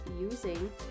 using